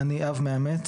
אני אב מאמץ.